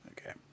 Okay